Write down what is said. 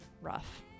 Rough